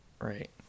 right